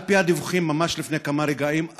על פי הדיווחים ממש מלפני כמה רגעים,